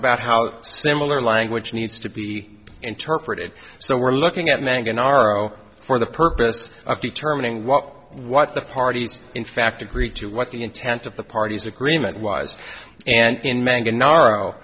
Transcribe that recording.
about how similar language needs to be interpreted so we're looking at mangan r o for the purpose of determining what what the parties in fact agreed to what the intent of the parties agreement was and in